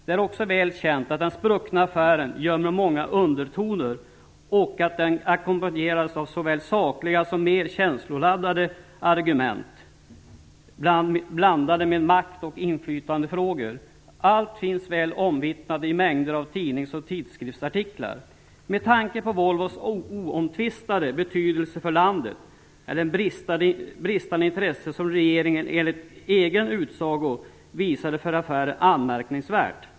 Det är också väl känt att den spruckna affären gömmer många undertoner och att den ackompanjerades av såväl sakliga som mer känsloladdade argument blandade med makt och inflytandefrågor. Allt finns väl omvittnat i mängder av tidnings och tidskriftsartiklar. Med tanke på Volvos oomtvistade betydelse för landet är det bristande intresse som regeringen enligt egen utsago visade för affären anmärkningsvärt.